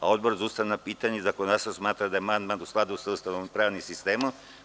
Odbor za ustavna pitanja i zakonodavstvo smatra da je amandman u skladu sa Ustavom i pravnim sistemom.